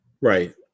Right